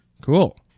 Cool